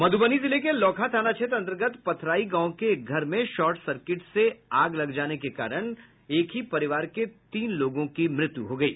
मधुबनी जिले के लौकहा थाना क्षेत्र अन्तर्गत पथराई गांव के एक घर में शॉर्ट सर्किट से अगलगी की घटना में एक ही परिवार के तीन लोगों की मौत हो गयी